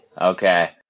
Okay